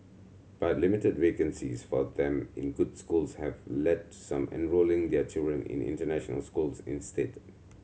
but limited vacancies for them in good schools have led to some enrolling their children in international schools instead